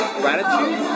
gratitude